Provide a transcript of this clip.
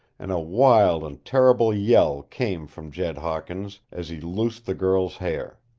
and a wild and terrible yell came from jed hawkins as he loosed the girl's hair.